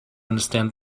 understand